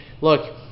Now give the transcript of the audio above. Look